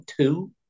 two